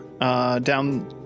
down